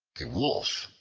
a wolf,